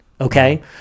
okay